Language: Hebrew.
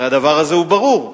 הרי הדבר הזה ברור.